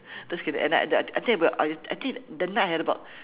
just kidding at night I I think about I'll that night had about